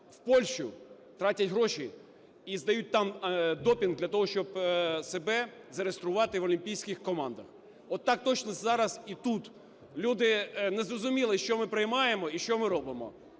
в Польщу, тратять гроші і здають там допінг для того, щоб себе зареєструвати в олімпійських командах. Отак точно зараз і тут люди не зрозуміли, що ми приймаємо і що ми робимо.